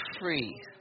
free